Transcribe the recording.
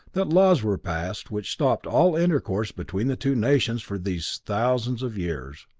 that laws were passed which stopped all intercourse between the two nations for these thousands of years.